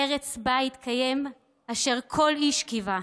"ארץ בה יתקיים אשר כל איש קיווה",